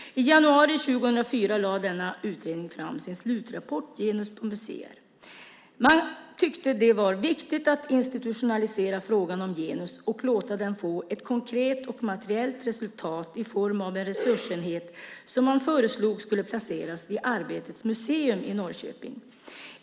I januari 2004 lade denna utredning fram sin slutrapport Genus på museer . Man tyckte att det var viktigt att institutionalisera frågan om genus och låta den få ett konkret och materiellt resultat i form av en resursenhet som man föreslog skulle placeras vid Arbetets museum i Norrköping.